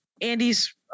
Andy's